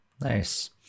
Nice